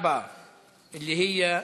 והבריאות נתקבלה.